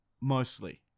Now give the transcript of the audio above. mostly